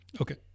Okay